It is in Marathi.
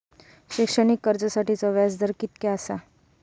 शैक्षणिक कर्जासाठीचो व्याज दर कितक्या आसा?